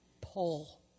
Pull